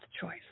choice